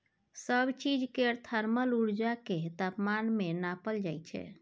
सब चीज केर थर्मल उर्जा केँ तापमान मे नाँपल जाइ छै